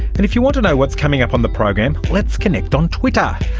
and if you want to know what's coming up on the program, let's connect on twitter,